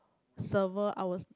server I was